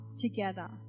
together